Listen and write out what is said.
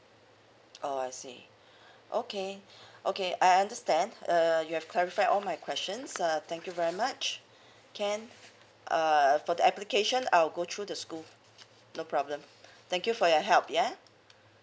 orh I see okay okay I understand uh you have clarify all my questions uh thank you very much can err for the application I'll go through the school no problem thank you for your help yeah